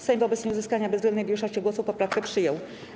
Sejm wobec nieuzyskania bezwzględnej większości głosów poprawkę przyjął.